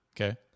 Okay